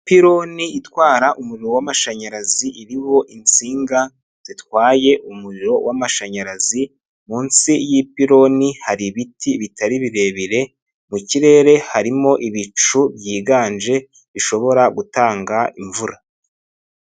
Ipironi itwara umuriro w'amashanyarazi iriho insinga zitwaye umuriro w'amashanyarazi, munsi y'ipiloni hari ibiti bitari birebire, mu kirere harimo ibicu byiganje bishobora gutanga imvura.